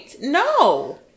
no